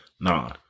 nah